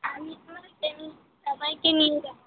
আমি আমার ফ্যামিলির সবাইকে নিয়ে যাবো